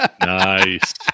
Nice